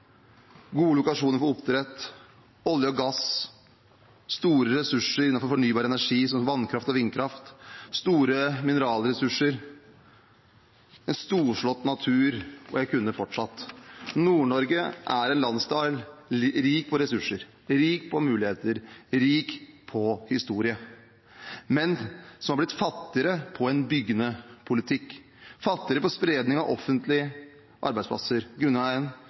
gode lokasjoner for oppdrett, olje og gass, store ressurser innenfor fornybar energi som vannkraft og vindkraft, store mineralressurser, en storslått natur – og jeg kunne fortsatt. Nord-Norge er en landsdel som er rik på ressurser, rik på muligheter, rik på historie, men som er blitt fattigere på en byggende politikk, fattigere på spredning av offentlige arbeidsplasser,